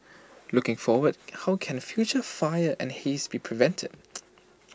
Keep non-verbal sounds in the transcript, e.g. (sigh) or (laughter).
looking forward how can future fires and haze be prevented (noise)